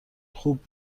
خوب